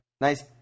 nice